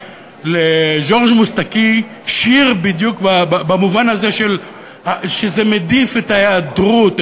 לג'ורג' מוסטקי יש שיר בדיוק במובן הזה שזה מדיף את ההיעדרות,